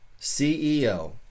CEO